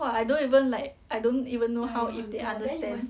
!wah! I don't even like I don't even know if they understand